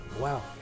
wow